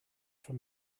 from